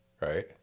right